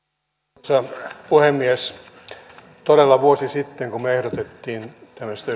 arvoisa puhemies todella vuosi sitten kun me ehdotimme tämmöistä